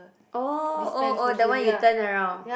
oh oh oh the one you turn around